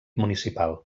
municipal